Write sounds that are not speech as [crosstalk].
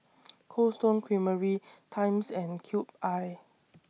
[noise] Cold Stone Creamery Times and Cube I